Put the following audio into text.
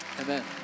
Amen